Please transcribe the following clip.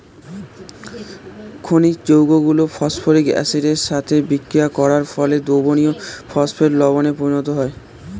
খনিজ যৌগগুলো ফসফরিক অ্যাসিডের সাথে বিক্রিয়া করার ফলে দ্রবণীয় ফসফেট লবণে পরিণত হয়